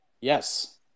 Yes